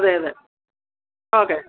അതെയതെ ഓക്കെ